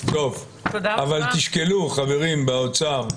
אבל החברים באוצר תשקלו,